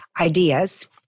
ideas